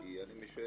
נכון.